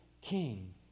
king